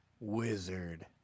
wizard